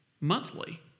monthly